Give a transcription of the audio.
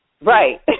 Right